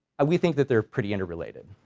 i, we think that they're pretty interrelated.